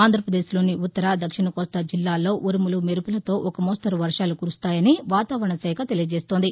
ఆంధ్రపదేశ్లోని ఉత్తర దక్షిణ కోస్తా జిల్లాల్లో ఉరుములు మెరుపులతో ఒక మోస్తరు పర్వాలు కురుస్తాయని వాతావరణ శాఖ తెలియచేస్తోంది